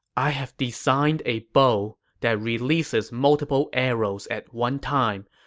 i have designed a bow that releases multiple arrows at one time,